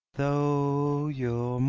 though your